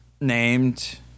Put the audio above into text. named